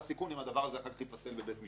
אם הדבר הזה ייפסל אחר כך בבית משפט.